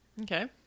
Okay